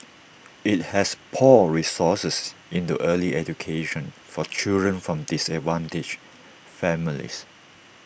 IT has poured resources into early education for children from disadvantaged families